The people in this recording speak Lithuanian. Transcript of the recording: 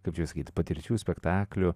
kaip čia pasakyt patirčių spektaklių